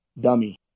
dummy